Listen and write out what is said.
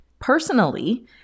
Personally